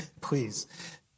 Please